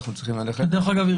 דרך אגב,